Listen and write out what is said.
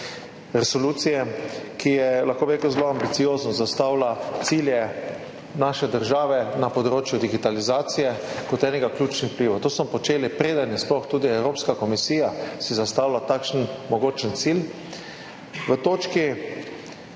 resolucije, ki je zelo ambiciozno zastavila cilje naše države na področju digitalizacije, kot enega ključnih vplivov. To smo počeli preden si je sploh Evropska komisija zastavila takšen mogočen cilj. V točki